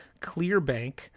ClearBank